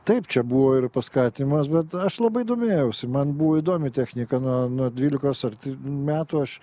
taip čia buvo ir paskatinimas bet aš labai domėjausi man buvo įdomi technika nuo nuo dvylikos metų aš